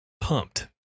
pumped